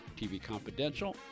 tvconfidential